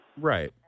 Right